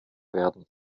werden